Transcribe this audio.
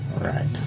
Right